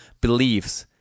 beliefs